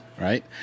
right